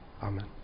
Amen